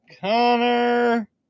Connor